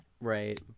Right